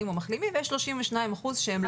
או מחלימים ויש 32 אחוזים שהם לא.